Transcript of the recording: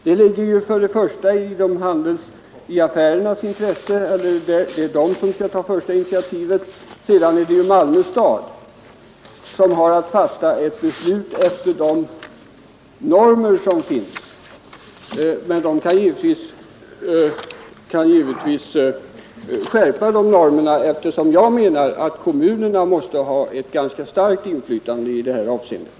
Det ligger först och främst i affärsinnehavarnas intresse, det är de som skall ta initiativet — och sedan ankommer det på Malmö stad, som har att fatta beslut enligt de normer som finns. Jag menar att de normerna kan vara ganska restriktiva. Men kommunerna måste ha ett ganska starkt inflytande som första instans.